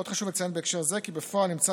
עוד חשוב לציין בהקשר הזה כי בפועל נמצא